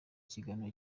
kiganiro